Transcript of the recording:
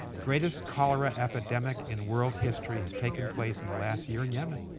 greatest cholera epidemic in world history has taken place in the last year in yemen.